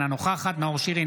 אינו נוכח נאור שירי,